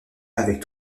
avec